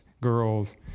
girls